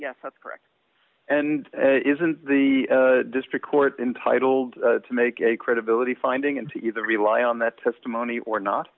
yes that's correct and isn't the district court intitled to make a credibility finding and to either rely on that testimony or not